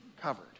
covered